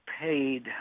paid